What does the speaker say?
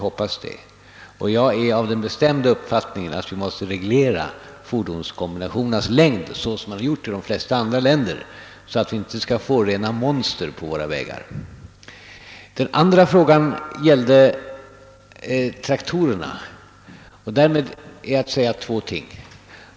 Jag har den bestämda uppfattningen att vi måste reglera fordonskombinationernas längd, såsom man gjort i de flesta andra länder, för att vi inte skall få rena monster på våra vägar. Den andra frågan gällde traktorerna. Därom är att säga två ting.